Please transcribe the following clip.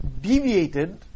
deviated